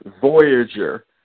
Voyager